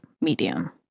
medium